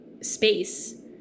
space